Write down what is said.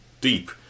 deep